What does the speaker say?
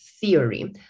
theory